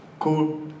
cool